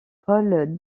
paul